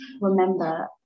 remember